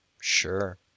Sure